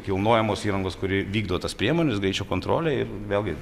kilnojamos įrangos kuri vykdo tas priemones greičio kontrolę ir vėlgi